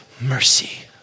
mercy